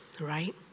right